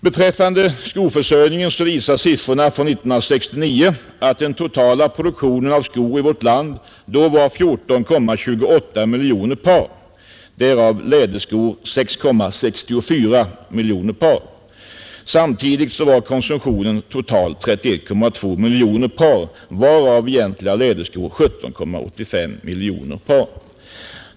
Beträffande skoförsörjningen visar siffrorna från 1969 att den totala produktionen av skor i vårt land då var 14,28 miljoner par, därav 6,64 miljoner par läderskor. Samtidigt uppgick konsumtionen till totalt 31,2 miljoner par, varav egentliga läderskor 17,85 miljoner par.